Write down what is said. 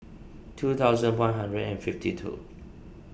two thousand one hundred and fifty two